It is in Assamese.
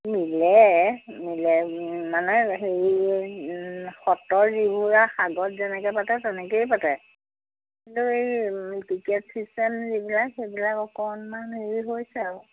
মিলে মিলে মানে হেৰি সত্ৰৰ যিবোৰ আৰু সাগৰত যেনেকৈ পাতে তেনেকৈয়ে পাতে কিন্তু এই টিকেট চিষ্টেম যিবিলাক সেইবিলাক অকণমান হেৰি হৈছে আৰু